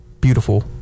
beautiful